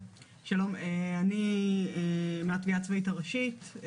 אני מהתביעה הצבאית הראשית,